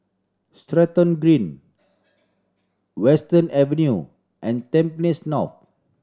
Stratton Green Western Avenue and Tampines North